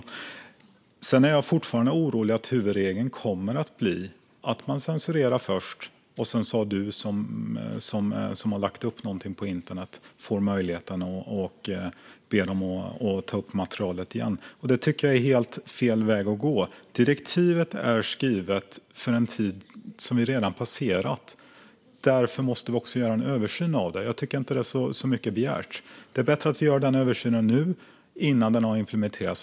Dessutom är jag fortfarande orolig för att huvudregeln kommer att bli att man censurerar först, och sedan får den som har lagt upp någonting på internet möjligheten att be om att materialet ska tas upp igen. Det tycker jag är helt fel väg att gå. Direktivet är skrivet för en tid som vi redan passerat. Därför måste vi göra en översyn av det. Jag tycker inte att detta är så mycket begärt. Det är bättre att vi gör denna översyn nu, innan detta har implementerats.